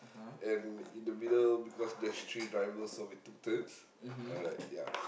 and in the middle because there's three drivers so we took turns I'm like ya